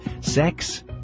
Sex